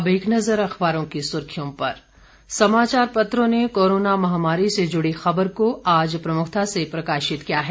अब एक नज़र अखबारों की सुर्खियों पर समाचार पत्रों ने कोरोना महामारी से जुड़ी खबर को आज प्रमुखता से प्रकाशित किया है